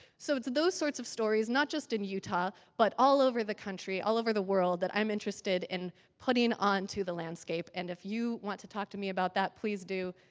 so its those sorts of stories not just in utah but all over the country, all over the world that i'm interested and putting onto the landscape and if you want to talk to me about that, please do.